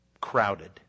Crowded